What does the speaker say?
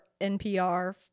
NPR